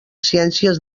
ciències